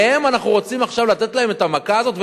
אנחנו רוצים עכשיו לתת להם את המכה הזאת,